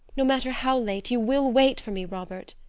no matter how late you will wait for me, robert?